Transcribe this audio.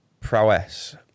prowess